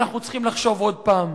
אנחנו צריכים לחשוב עוד פעם.